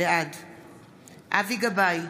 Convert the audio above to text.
בעד אבי גבאי,